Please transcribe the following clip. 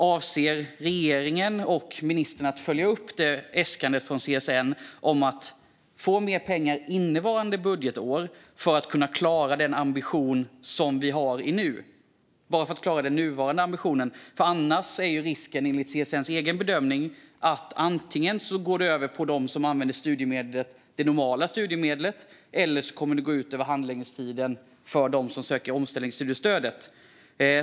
Avser regeringen och ministern att följa upp detta äskande från CSN om att få mer pengar innevarande budgetår? Dessa medel behövs bara för att klara den nuvarande ambitionen. Annars är risken, enligt CSN:s egen bedömning, att det antingen kommer att gå ut över dem som söker det normala studiemedlet eller förlänga handläggningstiden för dem som söker omställningsstudiestödet.